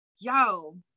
yo